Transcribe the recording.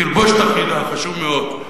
תלבושת אחידה, חשוב מאוד.